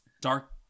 dark